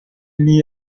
n’y